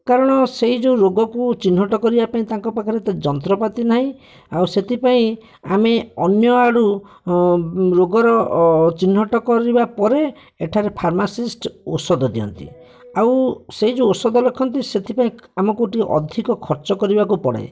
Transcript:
କାରଣ ସେଇ ଯେଉଁ ରୋଗକୁ ଚିହ୍ନଟ କରିବା ପାଇଁ ତାଙ୍କ ପାଖରେ ତ ଯନ୍ତ୍ରପାତି ନାହିଁ ଆଉ ସେଥିପାଇଁ ଆମେ ଅନ୍ୟ ଆଡ଼ୁ ରୋଗର ଚିହ୍ନଟ କରିବା ପରେ ଏଠାରେ ଫାର୍ମାସିଷ୍ଟ୍ ଔଷଧ ଦିଅନ୍ତି ଆଉ ସେଇ ଯେଉଁ ଔଷଧ ଲେଖନ୍ତି ସେଥିପାଇଁ ଆମକୁ ଟିକିଏ ଅଧିକ ଖର୍ଚ୍ଚ କରିବାକୁ ପଡ଼େ